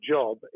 job